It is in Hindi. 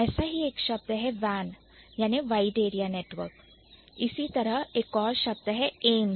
ऐसा ही एक शब्द है WAN यानी Wide Area Network इसी तरह एक और शब्द है AIIMS ऐम्स